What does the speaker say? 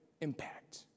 impact